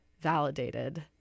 validated